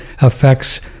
affects